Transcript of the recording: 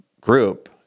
group